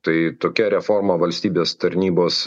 tai tokia reforma valstybės tarnybos